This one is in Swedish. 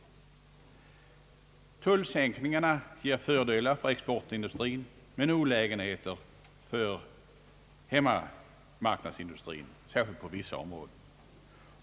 Tullsänkningarna ger fördelar för exportindustrin men olägenheter för hemmamarknadsindustrin, särskilt på vissa områden.